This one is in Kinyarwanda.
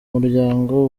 muryango